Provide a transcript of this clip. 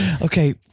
Okay